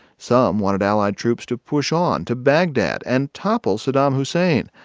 some wanted allied troops to push on to baghdad and topple saddam hussein.